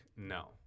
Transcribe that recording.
No